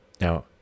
Now